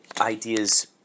ideas